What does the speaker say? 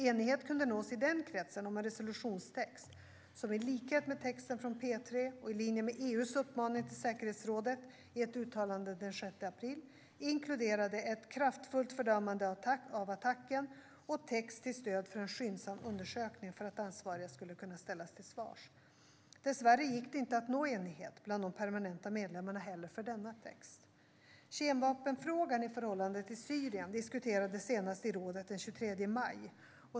Enighet kunde nås i den kretsen om en resolutionstext - som i likhet med texten från P3 och i linje med EU:s uppmaning till säkerhetsrådet i ett uttalande den 6 april - inkluderade ett kraftfullt fördömande av attacken och text till stöd för en skyndsam undersökning för att ansvariga skulle kunna ställas till svars. Dessvärre gick det inte att nå enighet bland de permanenta medlemmarna heller för denna text. Kemvapenfrågan i förhållande till Syrien diskuterades senast i rådet den 23 maj.